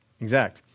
exact